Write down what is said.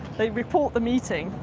they report the meeting.